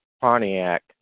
Pontiac